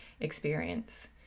experience